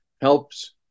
helps